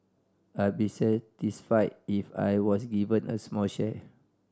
I'd be satisfied if I was given a small share